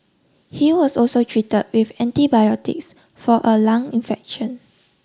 he was also treated with antibiotics for a lung infection